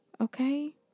okay